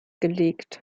gelegt